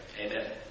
Amen